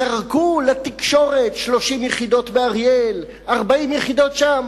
זרקו לתקשורת 30 יחידות באריאל, 40 יחידות שם.